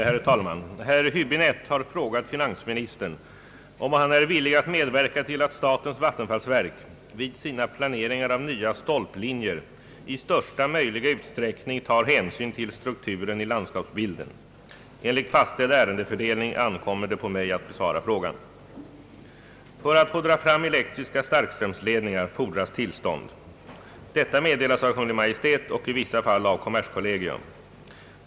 Herr talman! Herr Häbinette har frågat finansministern om han är villig att medverka till att statens vattenfallsverk vid sina planeringar av nya stolplinjer i största möjliga utsträckning tar hänsyn till strukturen i landskapsbilden. Enligt fastställd ärendefördelning ankommer det på mig att besvara frågan. För att få dra fram elektriska starkströmsledningar fordras tillstånd. Detta meddelas av Kungl. Maj:t och i vissa fall av kommerskollegium.